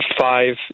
five